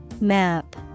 Map